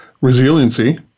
resiliency